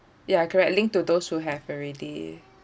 ya correct linked to those who have already